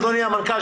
אדוני המנכ"ל,